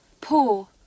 Poor